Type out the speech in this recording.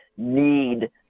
need